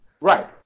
Right